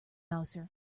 mouser